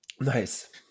Nice